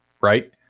right